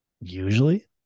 usually